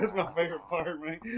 my favorite part man.